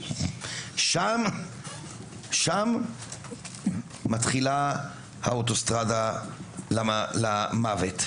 שם מתחילה האוטוסטרדה למוות.